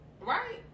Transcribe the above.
right